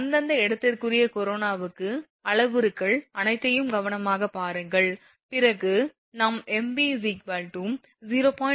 அந்த அந்த இடத்திற்குறிய கரோனாவுக்கு அளவுருக்கள் அனைத்தையும் கவனமாகப் பாருங்கள் பிறகு நாம் mv 0